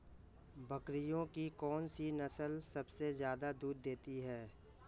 बकरियों की कौन सी नस्ल सबसे ज्यादा दूध देती है?